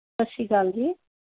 ਸਤਿ ਸ਼੍ਰੀ ਅਕਾਲ ਜੀ